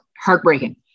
heartbreaking